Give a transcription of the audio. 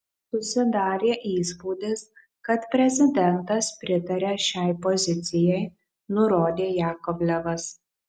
susidarė įspūdis kad prezidentas pritaria šiai pozicijai nurodė jakovlevas